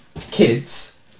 kids